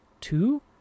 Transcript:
Two